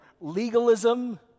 legalism